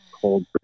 cold